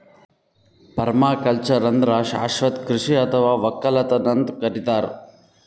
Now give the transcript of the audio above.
permaculture ಅಂದ್ರ ಶಾಶ್ವತ್ ಕೃಷಿ ಅಥವಾ ವಕ್ಕಲತನ್ ಅಂತ್ ಕರಿತಾರ್